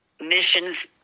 Mission's